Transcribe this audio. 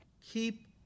keep